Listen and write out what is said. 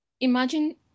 imagine